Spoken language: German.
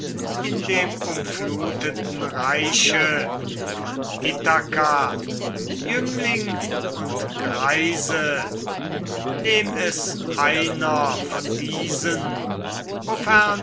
in dem umfluteten reiche von ithaka jüngling und greise nehm es einer von diesen